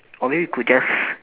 or maybe we could just